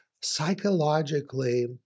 psychologically